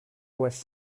was